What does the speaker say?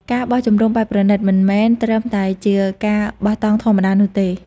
ការបោះជំរំបែបប្រណីត មិនមែនគ្រាន់តែជាការបោះតង់ធម្មតានោះទេ។